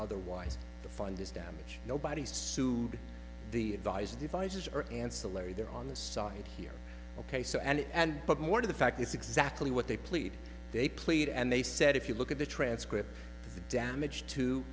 otherwise the fund is damage nobody's sued the guys devices are ancillary they're on the side here ok so and and but more to the fact it's exactly what they plead they played and they said if you look at the transcript of the damage to